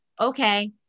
okay